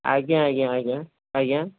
ଆଜ୍ଞା ଆଜ୍ଞା ଆଜ୍ଞା ଆଜ୍ଞା